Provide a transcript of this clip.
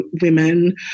women